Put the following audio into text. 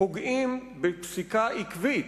פוגעים בפסיקה עקבית